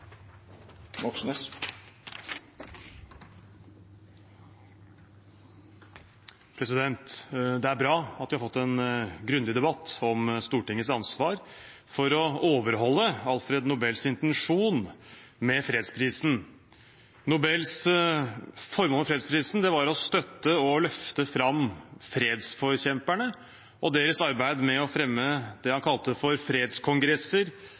Det er bra at vi har fått en grundig debatt om Stortingets ansvar for å overholde Alfred Nobels intensjon med fredsprisen. Nobels formål med fredsprisen var å støtte og løfte fram fredsforkjemperne og deres arbeid med å fremme det han kalte fredskongresser,